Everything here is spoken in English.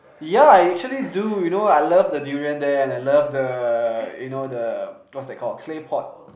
yeah actually dude you know I love the durian there and I love the you know the what's that called claypot